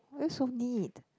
why so neat